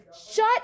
Shut